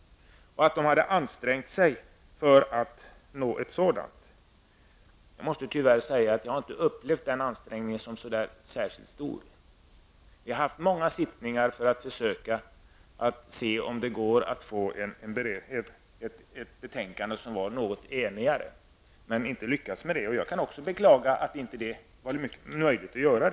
Moderaterna hade ansträngt sig för att nå fram till ett enhäligt betänkande. Jag måste tyvärr säga att jag inte har upplevt den ansträngningen som särskilt stor. Vi har haft många sittningar för att försöka se om det gick att få ett något mer betänkande. Men vi lyckades inte med det. Jag kan också beklaga att det inte var möjligt att nå fram.